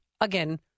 again